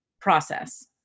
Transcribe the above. process